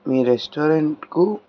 మీ రెస్టారెంట్కు